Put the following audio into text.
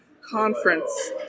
conference